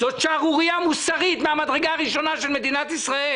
זאת שערורייה מוסרית מן המדרגה הראשונה של מדינת ישראל.